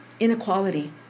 Inequality